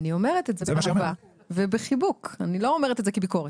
לא אומרת את זה כביקורת.